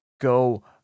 go